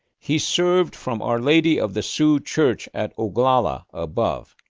he served from our lady of the sioux church at oglala above,